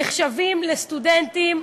נחשבים לסטודנטים,